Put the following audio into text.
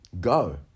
Go